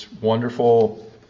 wonderful